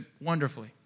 wonderfully